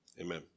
amen